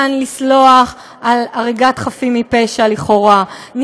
אפשר לסלוח על הריגת חפים מפשע לכאורה,